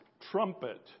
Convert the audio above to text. trumpet